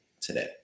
today